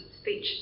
speech